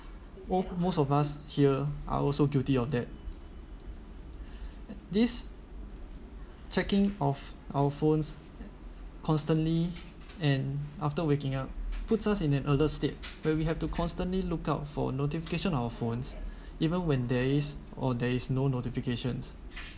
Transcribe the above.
or most of us here are also guilty on that this checking off our phones constantly and after waking up puts us in an alert state where we have to constantly lookout for notification our phones even when days or there is no notifications